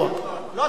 לא צריך צבא כזה.